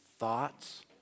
Thoughts